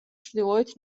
ჩრდილოეთ